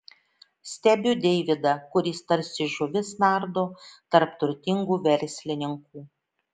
stebiu deividą kuris tarsi žuvis nardo tarp turtingų verslininkų